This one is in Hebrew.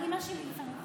בסדר.